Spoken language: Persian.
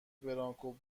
برانکو